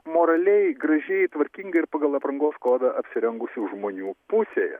moraliai gražiai tvarkingai ir pagal aprangos kodą apsirengusių žmonių pusėje